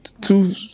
two